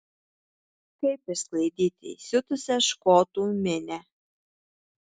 kaip išsklaidyti įsiutusią škotų minią